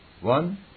one